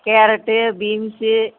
carrot beans